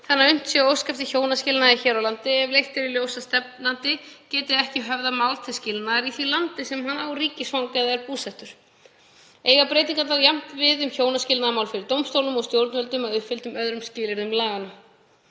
þannig að unnt sé að óska eftir hjónaskilnaði hér á landi ef leitt er í ljós að stefnandi geti ekki höfðað mál til skilnaðar í því landi sem hann hefur ríkisfang eða er búsettur. Eiga breytingarnar jafnt við um hjónaskilnaðarmál fyrir dómstólum og stjórnvöldum að uppfylltum öðrum skilyrðum laganna.